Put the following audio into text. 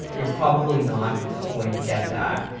you're probably not going to get that.